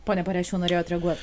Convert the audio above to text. pone parešiau norėjot reaguot